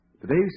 Today's